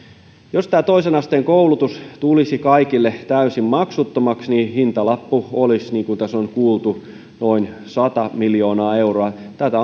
jos tämä toisen asteen koulutus tulisi kaikille täysin maksuttomaksi niin hintalappu olisi niin kuin tässä on kuultu noin sata miljoonaa euroa tätä